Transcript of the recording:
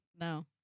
No